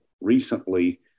recently